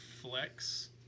Flex